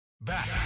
Back